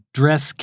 dress